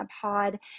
pod